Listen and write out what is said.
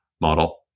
model